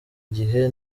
gihe